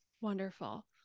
Wonderful